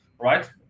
right